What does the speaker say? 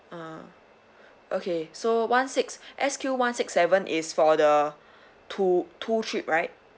ah okay so one six S_Q one six seven is for the two two trip right